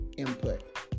input